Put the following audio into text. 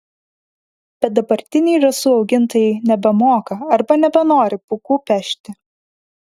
bet dabartiniai žąsų augintojai nebemoka arba nebenori pūkų pešti